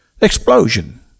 explosion